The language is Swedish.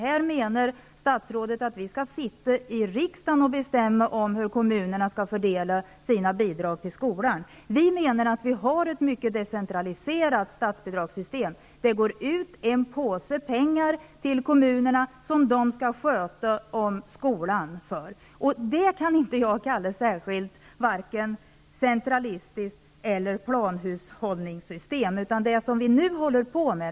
Här menar ju statsrådet att vi skall sitta i riksdagen och bestämma hur kommunerna skall fördela sina bidrag till skolan. Vi tycker att vi har ett mycket decentralistiskt statsbidragsystem. Kommunerna får en påse pengar som de skall sköta om skolan för. Det kallar jag inte ett särskilt vare sig centralistiskt eller planhushållsmässigt system.